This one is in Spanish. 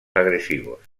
agresivos